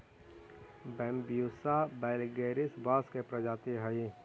Bambusa vulgaris बाँस के प्रजाति हइ